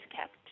kept